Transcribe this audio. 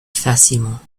facilement